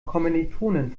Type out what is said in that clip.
kommilitonin